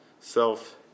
self